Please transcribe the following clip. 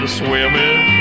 swimming